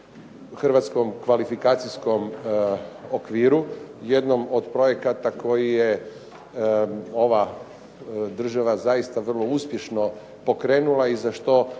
Hrvatskom kvalifikacijskom okviru, jednom od projekata koje je ova država zaista uspješno pokrenula i za što